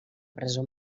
presó